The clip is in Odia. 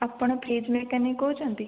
ଆପଣ ଫ୍ରିଜ୍ ମେକାନିକ୍ କହୁଛନ୍ତି